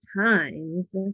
times